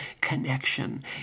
connection